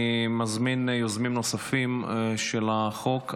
אני מזמין יוזמים נוספים של החוק.